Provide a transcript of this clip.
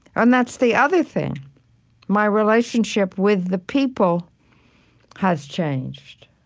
and that's the other thing my relationship with the people has changed,